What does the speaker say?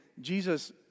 Jesus